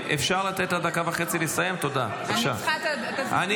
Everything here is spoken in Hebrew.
אני צריכה את הזמן --- חברים,